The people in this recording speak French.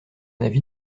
avis